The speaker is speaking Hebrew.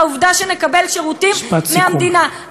לעובדה שנקבל שירותים מהמדינה.